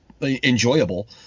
enjoyable